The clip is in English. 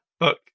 Look